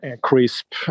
crisp